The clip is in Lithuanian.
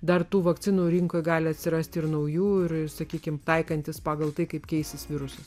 dar tų vakcinų rinkoje gali atsirasti ir naujų ir sakykime taikantis pagal tai kaip keisis virusas